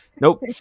Nope